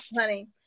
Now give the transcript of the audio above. honey